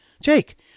Jake